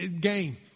game